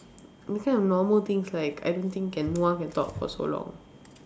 that kind of normal things like I don't think can no one can talk for so long